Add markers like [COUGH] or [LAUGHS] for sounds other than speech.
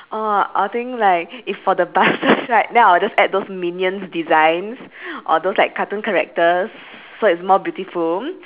oh I think like if for the buses [LAUGHS] right then I'll just add those minions designs or those like cartoon characters so it's more beautiful